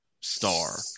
star